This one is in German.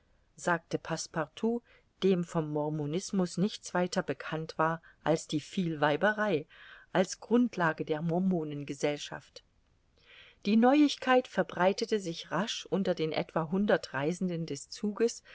sagte passepartout dem vom mormonismus nichts weiter bekannt war als die vielweiberei als grundlage der mormonengesellschaft die neuigkeit verbreitete sich rasch unter den etwa hundert reisenden des zuges